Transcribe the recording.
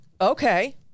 okay